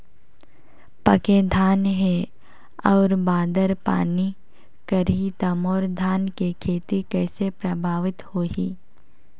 पके धान हे अउ बादर पानी करही त मोर धान के खेती कइसे प्रभावित होही?